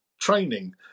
training